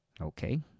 Okay